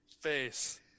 face